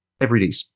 everyday